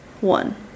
one